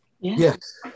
Yes